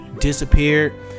disappeared